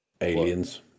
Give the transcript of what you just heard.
Aliens